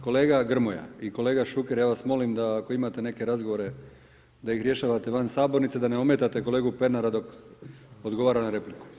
Kolega Grmoja i kolega Šuker ja vas molim da ako imate neke razgovore da ih rješavate van sabornice da ne ometate kolegu Pernara dok odgovara na repliku.